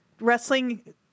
wrestling